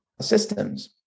systems